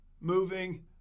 moving